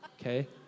Okay